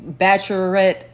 bachelorette